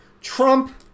Trump